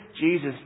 Jesus